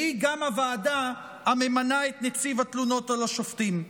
שהיא גם הוועדה שממנה את נציב התלונות על השופטים.